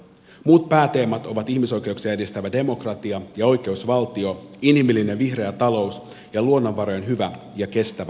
muut pääteemat ovat ihmisoikeuksia edistävä demokratia ja oikeusvaltio inhimillinen vihreä talous ja luonnonvarojen hyvä ja kestävä hallinto